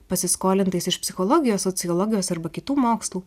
pasiskolintais iš psichologijos sociologijos arba kitų mokslų